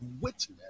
witness